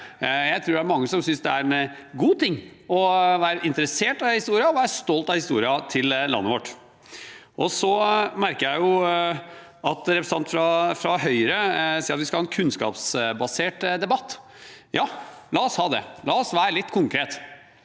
Jeg tror det er mange som synes det er en god ting å være interessert i historie og være stolt av historien til landet vårt. Jeg merker meg at representanten fra Høyre sier vi skal ha en kunnskapsbasert debatt. Ja, la oss ha det, la oss være litt konkrete.